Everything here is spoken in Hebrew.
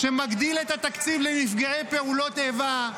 שמגדיל את התקציב לנפגעי פעולות איבה,